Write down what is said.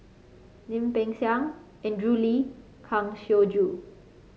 Lim Peng Siang Andrew Lee Kang Siong Joo